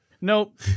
Nope